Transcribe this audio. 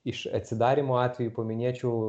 iš atsidarymo atvejų paminėčiau